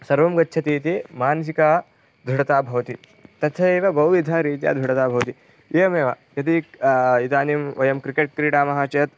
सर्वं गच्छति इति मानसिकदृढता भवति तथैव बहुविधरीत्या दृढता भवति एवमेव यदि इदानीं वयं क्रिकेट् क्रीडामः चेत्